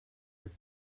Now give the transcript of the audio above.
der